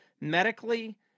medically